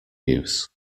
use